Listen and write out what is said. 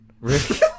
Rick